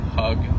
hug